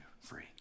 free